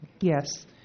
Yes